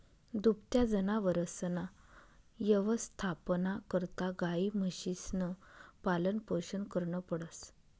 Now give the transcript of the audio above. दुभत्या जनावरसना यवस्थापना करता गायी, म्हशीसनं पालनपोषण करनं पडस